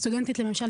סטודנטית לממשל,